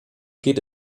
geht